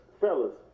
fellas